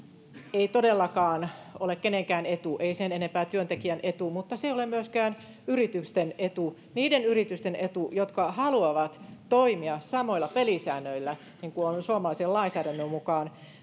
ei todellakaan ole kenenkään etu ei työntekijän etu mutta se ei ole myöskään yritysten etu niiden yritysten etu jotka haluavat toimia niillä pelisäännöillä joilla suomalaisen lainsäädännön